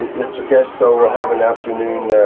mr keshe. so, we'll have an afternoon.